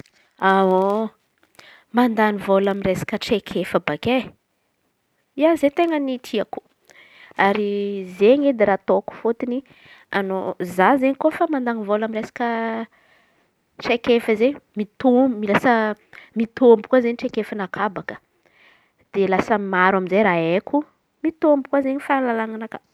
Mandany vola amy resaka traikefa baka e! Ia, zey ten̈a nitiako ary izen̈y edy raha atôko fôtony anô za izen̈y refa mandan̈y vola amy traikefa izen̈y mitombo. Mitombo koa traikefanakà bôaka de lasa maro amy izey raha heko mitombo koa fahalalanakà.